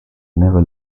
never